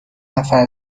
نفر